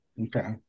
Okay